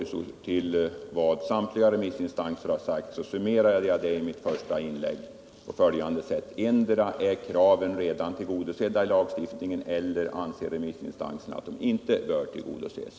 I mitt första inlägg summerade jag på följande sätt vad samtliga remissinstanser anfört: Antingen är kraven redan tillgodosedda i lagen eller också anser remissinstanserna att de inte bör tillgodoses.